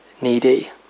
needy